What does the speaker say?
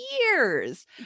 years